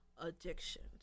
addictions